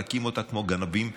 להקים אותה כמו גנבים בסתר.